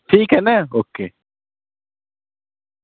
ٹھیک ہے نا اوکے